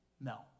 No